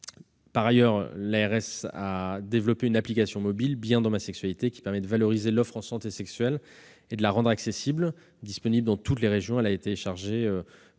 a également développé une application mobile, « Bien dans ma sexualité », qui permet de valoriser l'offre en santé sexuelle et de la rendre accessible. Disponible dans toute la région, elle a été téléchargée